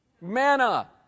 Manna